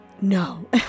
no